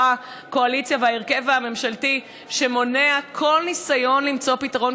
הקואליציה והרכב הממשלתי שמונע כל ניסיון למצוא פתרון,